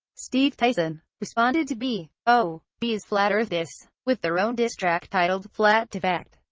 steve tyson, responded to b o b's flat earth diss with their own diss track titled flat to fact.